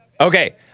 Okay